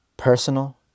Personal